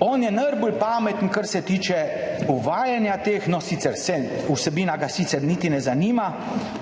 On je najbolj pameten, kar se tiče uvajanja teh, sicer ga vsebina niti ne zanima,